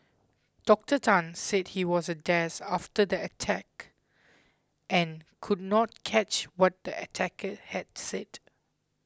Doctor Tan said he was a daze after the attack and could not catch what the attacker had said